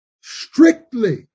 strictly